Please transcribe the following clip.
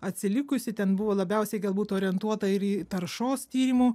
atsilikusi ten buvo labiausiai galbūt orientuota ir į taršos tyrimų